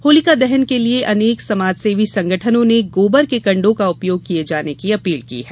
होलिका दहन के लिए अनेक समाजसेवी संगठनों ने गोबर के कंडो का उपयोग किये जाने की अपील की है